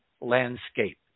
landscape